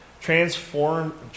transform